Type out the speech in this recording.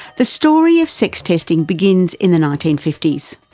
the story of sex testing begins in the nineteen fifty s,